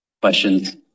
questions